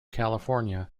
california